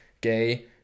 Gay